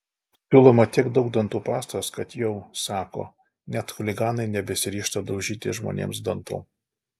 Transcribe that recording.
siūloma tiek daug dantų pastos kad jau sako net chuliganai nebesiryžta daužyti žmonėms dantų